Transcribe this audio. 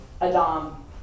Adam